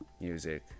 Music